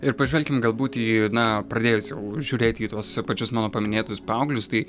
ir pažvelkim galbūt į na pradėjus jau žiūrėt į tuos pačius mano paminėtus paauglius tai